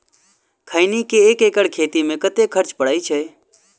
खैनी केँ एक एकड़ खेती मे कतेक खर्च परै छैय?